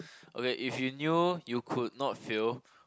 okay if you knew you could not fail